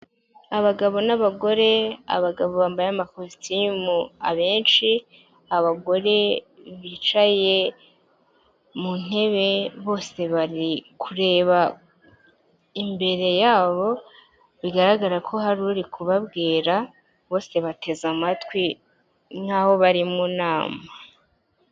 Abagabo n'abagore, abagabo bambaye amakositimu abenshi, abagore bicaye mu ntebe bose bari kureba imbere yabo bigaragara ko hari uri kubabwira, bose bateze amatwi nk'aho bari mu nama.